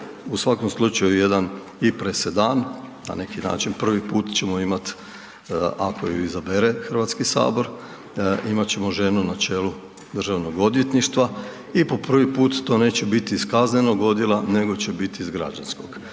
u svakom slučaju jedan i presedan, na neki način, prvi put ćemo imati ako ju izabere HS imat ćemo ženu na čelu državnog odvjetništva i po prvi put to neće biti iz kaznenog odjela nego će biti iz građanskog.